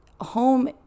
home